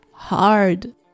Hard